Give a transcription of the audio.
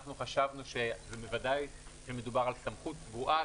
אנחנו חשבנו שמדובר על סמכות קבועה.